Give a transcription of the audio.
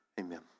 Amen